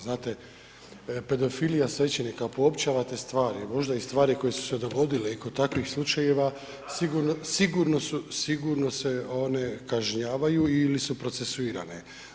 Znate pedofilija svećenika, poopćavate stvari, možda i stvari koje su se dogodile i kod takvih slučajeva sigurno se one kažnjavaju ili su procesuirane.